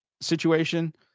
situation